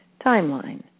timeline